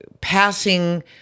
passing